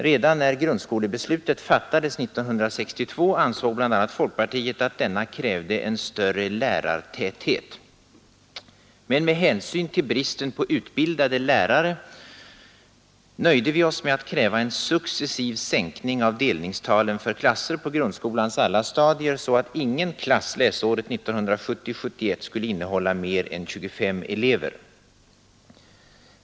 Redan när beslutet om grundskolan fattades 1962 ansåg bl.a. folkpartiet att denna krävde en större lärartäthet. Men med hänsyn till bristen på utbildade lärare nöjde vi oss med att kräva en successiv sänkning av delningstalen för klasser på grundskolans alla stadier så att ingen klass läsåret 1970/71 skulle innehålla mer än 25 elever.